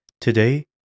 Today